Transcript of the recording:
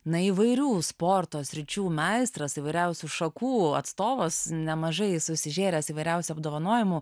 na įvairių sporto sričių meistras įvairiausių šakų atstovas nemažai susižėręs įvairiausių apdovanojimų